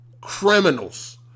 Criminals